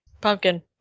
Pumpkin